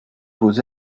vos